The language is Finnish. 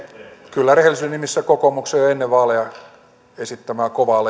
kyllä rehellisyyden nimissä kokoomuksen jo ennen vaaleja esittämää kovaa